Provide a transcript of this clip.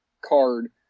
card